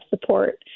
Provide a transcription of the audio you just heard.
support